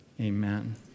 amen